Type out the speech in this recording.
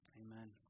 Amen